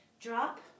Drop